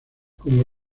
como